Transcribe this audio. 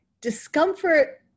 discomfort